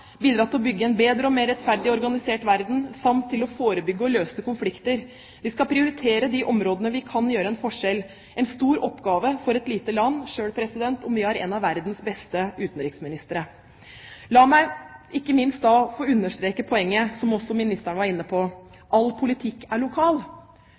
bidra til å bygge en bedre og mer organisert verden samt til å forebygge og løse konflikter. Vi skal prioritere de områder hvor vi kan gjøre en forskjell – en stor oppgave for et lite land, selv om vi har en av verdens beste utenriksministre. La meg ikke minst understreke poenget, som også ministeren var inne